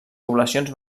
poblacions